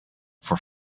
for